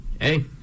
hey